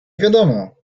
wiadomo